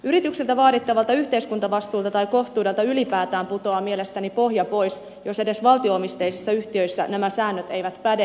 yrityksiltä vaadittavalta yhteiskuntavastuulta tai kohtuudelta ylipäätään putoaa mielestäni pohja pois jos edes valtio omisteisissa yhtiöissä nämä säännöt eivät päde